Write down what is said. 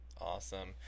Awesome